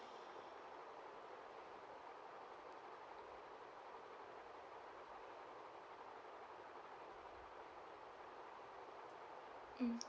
mm